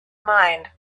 mind